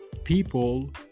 people